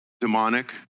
demonic